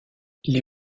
les